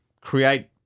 create